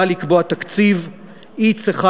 כשהממשלה באה לקבוע תקציב היא צריכה